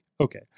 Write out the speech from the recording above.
okay